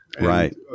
Right